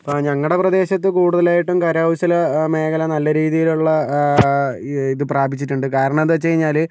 ആ ഞങ്ങളുടെ പ്രദേശത്ത് കൂടുതലായിട്ടും കരകൗശല മേഖല നല്ല രീതിയിലുള്ള ഇത് പ്രാപിച്ചിട്ടുണ്ട് കാരണം എന്താണെന്ന് വെച്ച് കഴിഞ്ഞാൽ